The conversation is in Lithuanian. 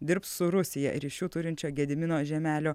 dirbs su rusija ryšių turinčio gedimino žiemelio